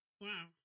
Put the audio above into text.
Wow